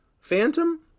Phantom